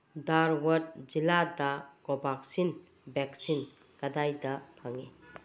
ꯗꯥꯔꯋꯠ ꯖꯤꯂꯥꯗ Covaxin vaccine ꯀꯗꯥꯏꯗ ꯐꯪꯏ